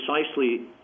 precisely